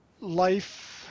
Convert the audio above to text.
life